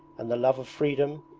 and the love of freedom,